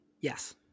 Yes